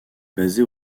basée